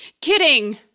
Kidding